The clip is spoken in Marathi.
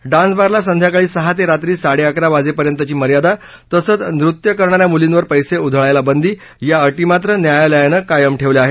डान्स बारला संध्याकाळी सहा ते रात्री साडे अकरा वाजेपर्यंतची मर्यादा तसंच नृत्य करणा या मुलींवर पैसे उधळायला बंदी या अटी मात्र न्यायालयानं कायम ठेवल्या आहेत